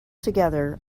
together